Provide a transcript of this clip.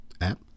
app